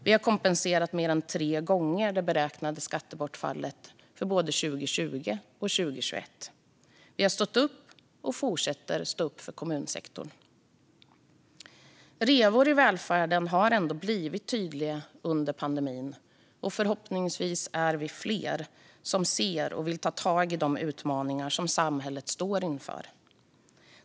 Vi har kompenserat mer än tre gånger det beräknade skattebortfallet för både 2020 och 2021. Vi har stått upp och fortsätter att stå upp för kommunsektorn. Revor i välfärden har ändå blivit tydliga under pandemin, och förhoppningsvis är vi fler som ser och vill ta tag i de utmaningar som samhället står inför.